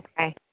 okay